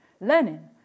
Lenin